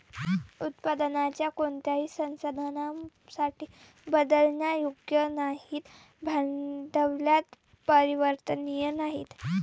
उत्पादनाच्या कोणत्याही साधनासाठी बदलण्यायोग्य नाहीत, भांडवलात परिवर्तनीय नाहीत